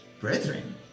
brethren